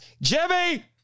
jimmy